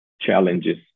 challenges